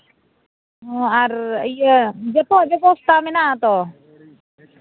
ᱦᱮᱸ ᱟᱨ ᱤᱭᱟᱹ ᱡᱚᱛᱚᱣᱟᱜ ᱵᱮᱵᱚᱥᱛᱷᱟ ᱢᱮᱱᱟᱜᱼᱟ ᱛᱚ